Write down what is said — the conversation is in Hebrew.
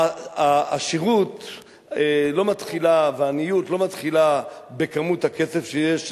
העושר והעוני לא מתחילים בכמות הכסף שיש,